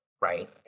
right